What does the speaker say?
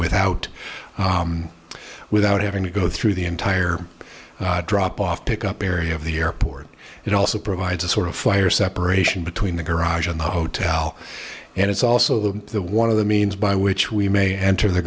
without without having to go through the entire drop off pick up area of the airport it also provides a sort of fire separation between the garage and the hotel and it's also the one of the means by which we may enter the